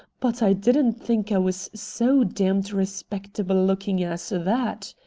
but i didn't think i was so damned respectable-looking as that!